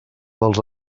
dels